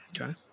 Okay